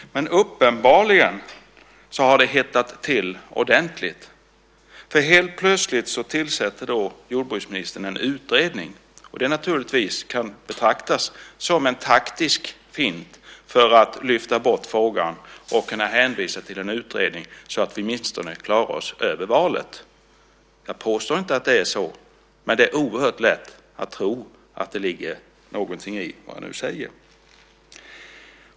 Men uppenbarligen har det hettat till ordentligt. För helt plötsligt tillsätter jordbruksministern en utredning. Och det kan naturligtvis betraktas som en taktisk fint för att lyfta bort frågan och kunna hänvisa till en utredning så att man åtminstone klarar sig över valet. Jag påstår inte att det är så, men det är oerhört lätt att tro att det ligger någonting i vad jag nu säger.